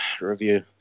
Review